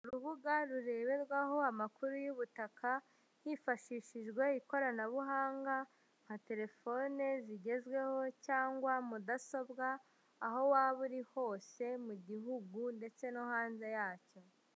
Urubuga rureberwaho amakuru y'ubutaka hifashishijwe ikoranabuhanga nka telefone zigezweho cyangwa mudasobwa, aho waba uri hose mu gihugu ndetse no hanze yacyo.